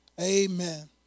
Amen